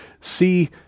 See